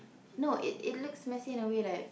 no it it looks messy in a way like